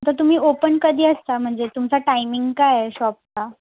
तर तुम्ही ओपन कधी असता म्हणजे तुमचा टायमिंग काय आहे शॉपचा